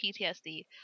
PTSD